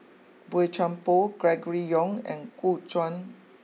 Boey Chuan Poh Gregory Yong and Gu Juan